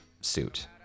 suit